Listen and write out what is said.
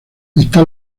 está